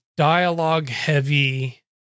dialogue-heavy